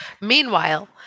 meanwhile